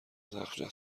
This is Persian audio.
زخم